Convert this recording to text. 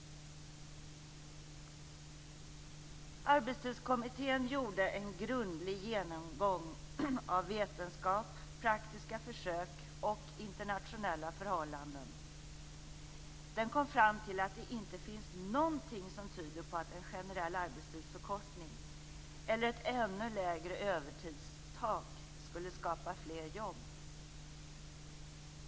Arbetstidskommittén gjorde en grundlig genomgång av vetenskap, praktiska försök och internationella förhållanden. Den kom fram till att det inte finns någonting som tyder på att en generell arbetstidsförkortning eller ett ännu lägre övertidstak skulle skapa fler jobb.